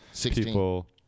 people